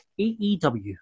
AEW